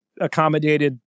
accommodated